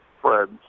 friends